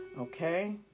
okay